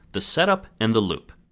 the setup and the loop.